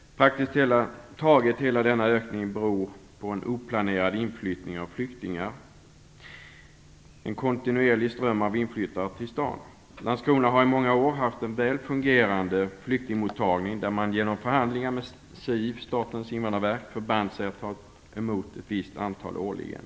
Praktiskt taget hela denna ökning beror på en oplanerad inflyttning av flyktingar, en kontinuerlig ström av inflyttare till staden. Landskrona har i många år haft en väl fungerande flyktingmottagning, och man har genom förhandlingar med SIV, Statens invandrarverk, förbundit sig att ta emot ett visst antal årligen.